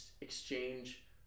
exchange